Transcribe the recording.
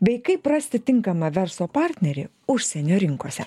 bei kaip rasti tinkamą verslo partnerį užsienio rinkose